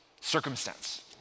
circumstance